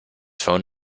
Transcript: phone